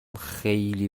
خیلی